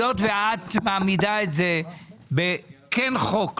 היות שאת מעמידה את זה בכן חוק,